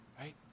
right